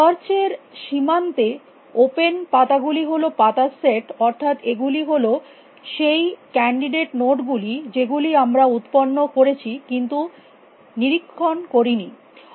search এর সীমান্তে open পাতাগুলি হল পাতার সেট অর্থাৎ এগুলি হল সেই ক্যানডিডেট নোড গুলি যেগুলি তোমরা উত্পন্ন করেছ কিন্তু নিরীক্ষণ কর নি